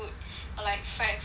or like fried food then